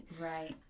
Right